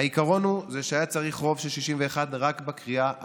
העיקרון הוא שהיה צריך רוב של 61 רק בקריאה השלישית.